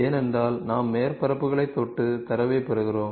ஏனென்றால் நாம் மேற்பரப்புகளைத் தொட்டு தரவைப் பெறுகிறோம்